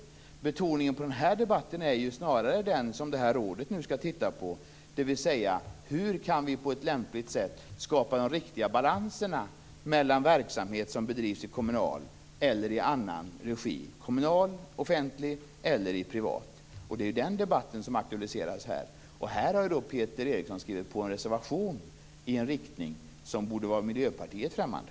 Betoningen i den här debatten ligger snarare på det som rådet skall se över, dvs. hur vi på ett lämpligt sätt kan skapa de riktiga balanserna mellan verksamhet som bedrivs i kommunal, offentlig eller privat regi. Det är den debatten som aktualiserats här. Peter Eriksson har skrivit på en reservation som går i en riktning som borde vara Miljöpartiet främmande.